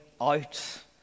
out